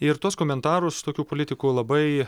ir tuos komentarus tokių politikų labai